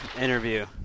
interview